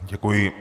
Děkuji.